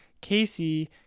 Casey